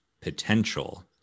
potential